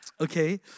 Okay